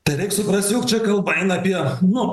tai reik suprasti jog čia kalba eina apie nu